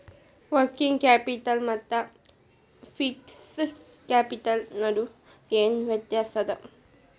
Working capital ಮತ್ತ fixed capital ನಡು ಏನ್ ವ್ಯತ್ತ್ಯಾಸದ?